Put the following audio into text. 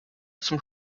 zum